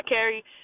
Carrie